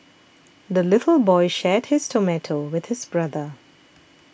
the little boy shared his tomato with his brother